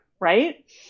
right